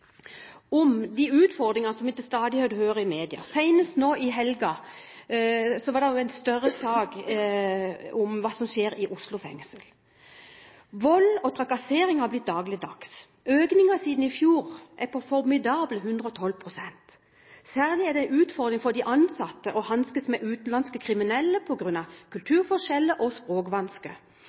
om de utfordringer som vi til stadighet hører om i media. Senest nå i helga var det en større sak om hva som skjer i Oslo fengsel. Vold og trakassering har blitt dagligdags. Økningen siden i fjor er på formidable 112 pst. Særlig er det en utfordring for de ansatte å hanskes med utenlandske kriminelle på grunn av kulturforskjeller og